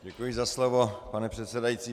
Děkuji za slovo, pane předsedající.